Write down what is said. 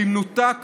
במנותק